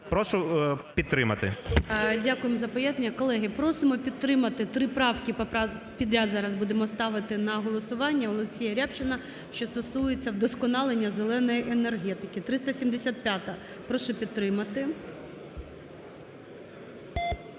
Прошу підтримати. ГОЛОВУЮЧИЙ. Дякуємо за пояснення. Колеги, просимо підтримати три правки підряд зараз будемо ставити на голосування Олексія Рябчина, що стосується вдосконалення "зеленої" енергетики. 375-а прошу підтримати.